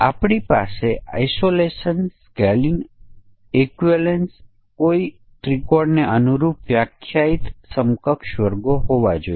આપણે આના સંયોજન પર વિચાર કરવો પડશે અને સમકક્ષ વર્ગ પરીક્ષણ સ્યુટ તૈયાર છે